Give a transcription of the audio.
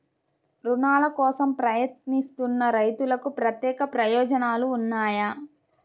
రుణాల కోసం ప్రయత్నిస్తున్న రైతులకు ప్రత్యేక ప్రయోజనాలు ఉన్నాయా?